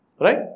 right